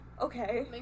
okay